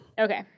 Okay